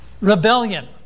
rebellion